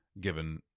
given